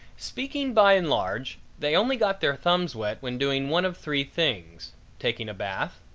speaking by and large, they only got their thumbs wet when doing one of three things taking a bath,